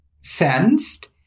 sensed